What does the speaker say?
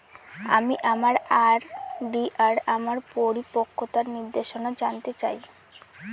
আমি আমার আর.ডি এর আমার পরিপক্কতার নির্দেশনা জানতে চাই